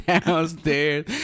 downstairs